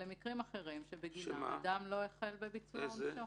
אלא למקרים אחרים שבגינם אדם לא החל בביצוע עונשו.